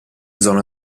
zona